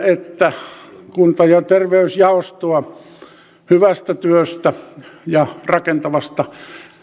että kunta ja terveysjaostoa hyvästä työstä ja rakentavasta